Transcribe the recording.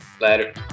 Later